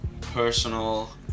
personal